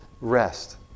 rest